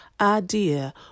idea